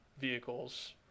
vehicles